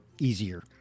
easier